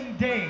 Day